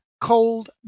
cold